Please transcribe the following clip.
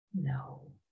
No